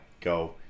go